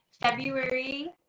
February